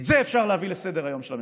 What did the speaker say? את זה אפשר להביא לסדר-היום של הממשלה.